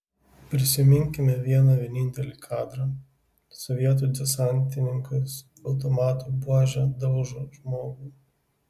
prisiminkime vieną vienintelį kadrą sovietų desantininkas automato buože daužo žmogų